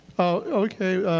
okay.